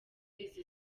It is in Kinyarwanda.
izo